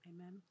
Amen